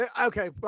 okay